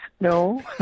No